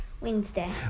Wednesday